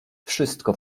wszystko